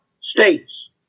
states